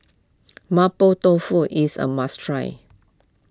Mapo Tofu is a must try